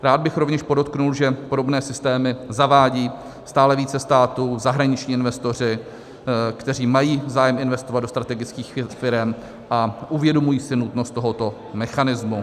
Rád bych rovněž podotkl, že podobné systémy zavádí stále více států, zahraniční investoři, kteří mají zájem investovat do strategických firem a uvědomují si nutnost tohoto mechanismu.